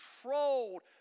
controlled